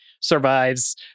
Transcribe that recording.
survives